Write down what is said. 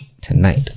Tonight